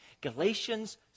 Galatians